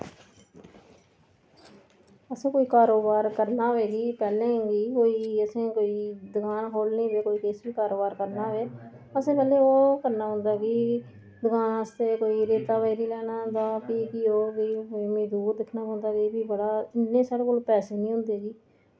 असें कोई कारोबार करना होऐ ते पैह्लें बी कोई असें बी दकान खोह्लनी जां किश बी कारोबार करना होऐ असें मतलब ओह् करना पौंदा कि एडवांस ते कोई रेता बजरी लैना होंदा ते ओह् भी मजदूर दिक्खना पौंदा ते भी इन्ने साढ़े कोल पैसे निं होंदे कि